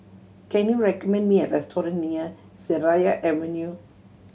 can you recommend me a restaurant near Seraya Avenue